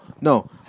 no